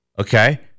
Okay